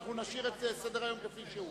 אנחנו נשאיר את סדר-היום כפי שהוא.